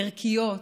ערכיות,